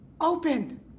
open